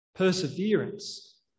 perseverance